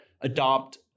adopt